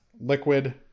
Liquid